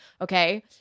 Okay